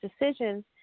decisions